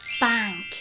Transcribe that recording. Bank